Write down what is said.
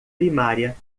primária